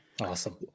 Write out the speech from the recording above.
Awesome